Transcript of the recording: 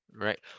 right